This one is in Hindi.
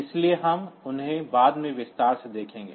इसलिए हम उन्हें बाद में विस्तार से देखेंगे